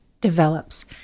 develops